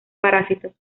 parásitos